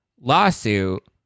lawsuit